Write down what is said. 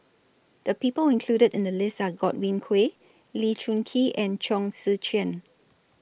The People included in The list Are Godwin Koay Lee Choon Kee and Chong Tze Chien